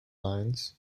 lines